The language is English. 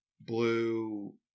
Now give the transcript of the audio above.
blue